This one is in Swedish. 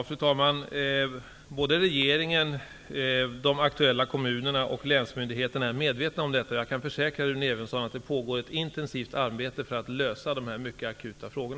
Fru talman! Både regeringen, de aktuella kommunerna och länsmyndigheterna är medvetna om detta. Jag kan försäkra Rune Evensson om att det just nu pågår ett intensivt arbete för att lösa dessa mycket akuta frågor.